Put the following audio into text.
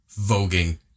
voguing